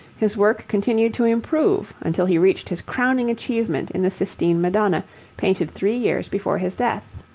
his work continued to improve until he reached his crowning achievement in the sistine madonna painted three years before his death.